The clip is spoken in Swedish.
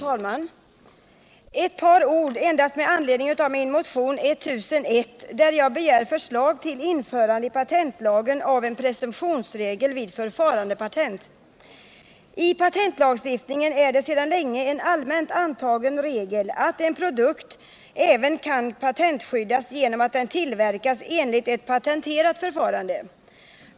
Herr talman! Jag vill bara säga några ord med anledning av min motion 1001, där jag begär förslag till införande i patentlagen av en presumtionsregel vid förfarandepatent. I patentlagstiftningen är det sedan länge en allmänt antagen regel att en produkt kan patentskyddas även genom att den tillverkas enligt ett patenterat förfarande.